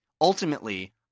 ultimately